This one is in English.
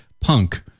punk